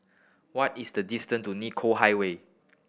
what is the distance to Nicoll Highway